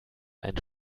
ein